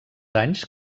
anys